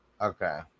Okay